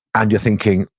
and you're thinking,